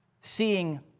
Seeing